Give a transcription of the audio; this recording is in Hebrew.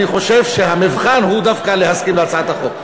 אני חושב שהמבחן הוא דווקא להסכים להצעת החוק.